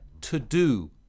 to-do